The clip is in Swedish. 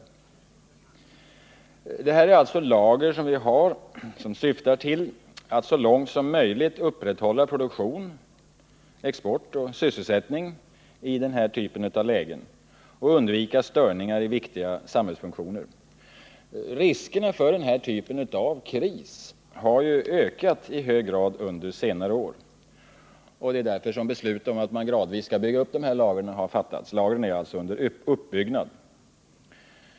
Lagren syftar alltså till att vi så långt som möjligt sinall kunna upprätthålla produktion, export och sysselsättning i den här typen av lägen och undvika störningar i viktiga samhällsfunktioner. Riskerna för den här sortens kris har ju ökat i hög grad under senare år, och det är därför beslut om att man gradvis skall bygga upp sådana lager har fattats. Lagren är alltså under uppbyggnad.